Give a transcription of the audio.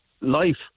life